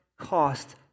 cost